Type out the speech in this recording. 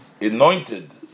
anointed